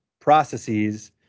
processes